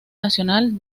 nacional